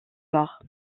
mort